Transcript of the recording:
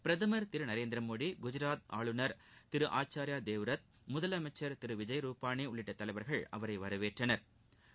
பிரதமர் திரு நரேந்திரமோடி குஜாத் ஆளுநர் ஆச்சாயா தேவ்ரத் முதலமைச்சா் விஜய் ரூபானி உள்ளிட்ட தலைவா்கள் அவரை வரவேற்றனா்